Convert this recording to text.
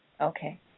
Okay